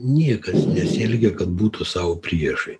niekas nesielgia kad būtų sau priešai